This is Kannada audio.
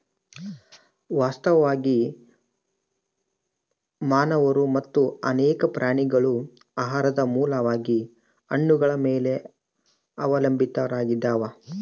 ವಾಸ್ತವವಾಗಿ ಮಾನವರು ಮತ್ತು ಅನೇಕ ಪ್ರಾಣಿಗಳು ಆಹಾರದ ಮೂಲವಾಗಿ ಹಣ್ಣುಗಳ ಮೇಲೆ ಅವಲಂಬಿತಾವಾಗ್ಯಾವ